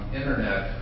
internet